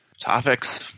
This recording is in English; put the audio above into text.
Topics